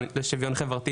חוקים מפלים אשר יחוקקו,